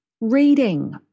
reading